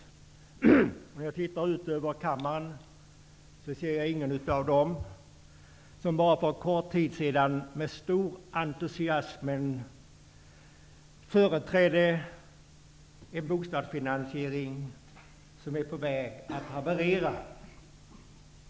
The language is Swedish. När jag tittar ut över kammaren ser jag ingen av dem som bara för en kort tid sedan med stor entusiasm företrädde en bostadsfinansiering som nu är på väg att haverera.